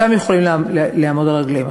משם הם יכולים לעמוד על רגליהם.